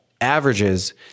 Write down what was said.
averages